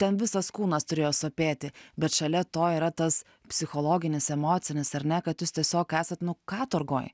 ten visas kūnas turėjo sopėti bet šalia to yra tas psichologinis emocinis ar ne kad jūs tiesiog esat katorgoj